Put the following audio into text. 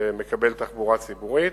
שמקבל תחבורה ציבורית.